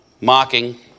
mocking